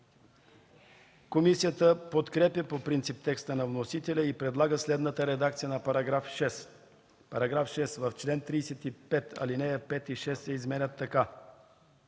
Комисията подкрепя по принцип текста на вносителя и предлага следната редакция на § 6: „§ 6. В чл. 35 ал. 5 и 6 се изменят така: